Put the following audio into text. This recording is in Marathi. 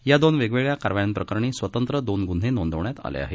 या दोन वेगवेगळ्या कारवाई प्रकरणी स्वतंत्र दोन गुन्हे नोंदवण्यात आले आहेत